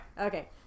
Okay